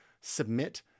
submit